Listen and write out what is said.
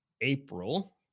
April